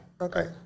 Okay